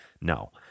no